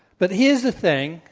but here's the thing.